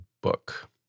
Book